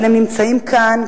אבל הם נמצאים כאן,